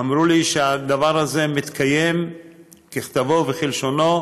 אמרו לי שהדבר הזה מתקיים ככתבו וכלשונו,